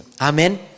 Amen